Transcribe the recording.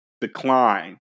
decline